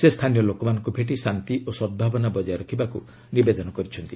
ସେ ସ୍ଥାନୀୟ ଲୋକମାନଙ୍କୁ ଭେଟି ଶାନ୍ତି ଓ ସଦ୍ଭାବନା ବଜାୟ ରଖିବାକୁ ନିବେଦନ କରିଛନ୍ତି